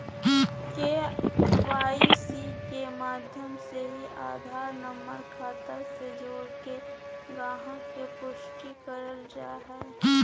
KYC के माध्यम से ही आधार नम्बर खाता से जोड़के गाहक़ के पुष्टि करल जा हय